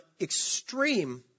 extreme